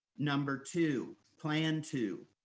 number two, plan two,